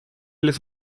les